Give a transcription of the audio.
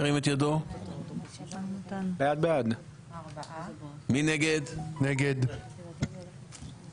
הצבעה הרוויזיה לא נתקבלה בעד, 4 נגד, 9